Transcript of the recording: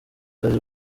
kazi